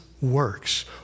works